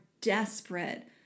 desperate